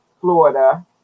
florida